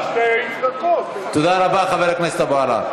תודה רבה, חבר הכנסת אבו עראר.